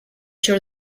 you’re